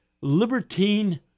libertine